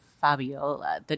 Fabiola